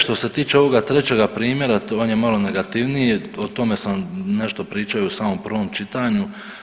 Što se tiče ovoga trećega primjera, to vam je malo negativnije, o tome sam nešto pričao i u samom prvom čitanju.